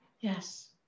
Yes